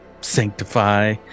Sanctify